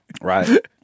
Right